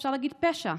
אפשר להגיד, פשע.